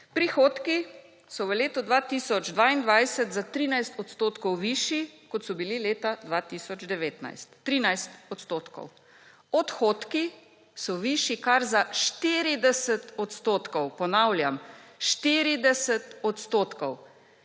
Prihodki so v letu 2022 za 13 odstotkov višji, kot so bili leta 2019, 13 odstotkov. Odhodki so višji kar za 40 odstotkov. Ponavljam, 40 odstotkov.